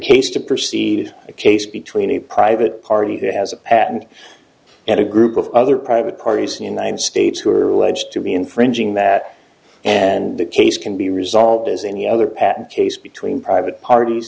case to proceed a case between a private party who has a patent and a group of other private parties united states who are alleged to be infringing that and that case can be resolved as any other patent case between private parties